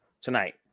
tonight